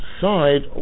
side